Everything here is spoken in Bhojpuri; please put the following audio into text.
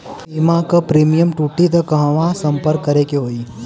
बीमा क प्रीमियम टूटी त कहवा सम्पर्क करें के होई?